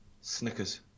Snickers